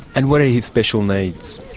and what are his special needs?